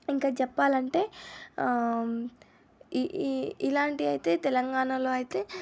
ఇంకా చెప్పాలంటే ఈ ఈ ఇలాంటివి అయితే తెలంగాణలో అయితే